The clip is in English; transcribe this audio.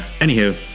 anywho